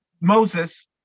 Moses